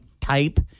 type